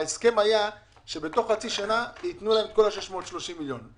בהסכם נקבע שבתוך חצי שנה יתנו להם את כל ה-630 מיליון שקל.